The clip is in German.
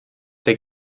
der